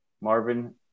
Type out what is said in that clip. Marvin